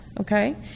okay